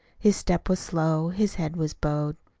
his step was slow, his head was bowed.